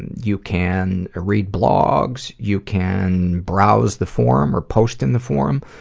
you can ah read blogs, you can browse the forum or post in the forum,